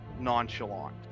nonchalant